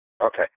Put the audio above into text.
Okay